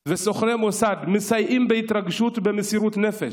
וסוכני המוסד מסייעים בהתרגשות ובמסירות נפש